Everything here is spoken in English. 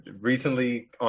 Recently